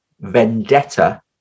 vendetta